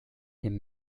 dem